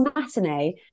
matinee